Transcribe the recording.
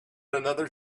another